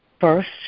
First